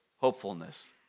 hopefulness